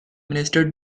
minister